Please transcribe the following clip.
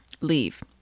Leave